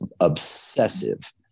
obsessive